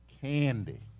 Candy